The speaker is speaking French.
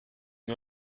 une